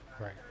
Right